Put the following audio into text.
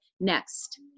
next